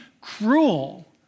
cruel